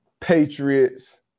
Patriots